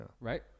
right